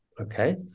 Okay